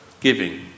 Giving